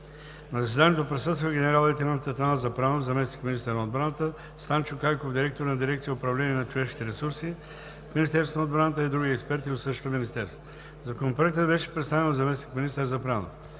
На заседанието присъстваха: генерал-лейтенант Атанас Запрянов – заместник министър на отбраната, Станчо Кайков, директор на Дирекция „Управление на човешките ресурси“ в Министерството на отбраната и други експерти от същото министерство. Законопроектът беше представен от заместник-министър Атанас